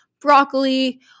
broccoli